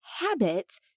habits